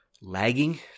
lagging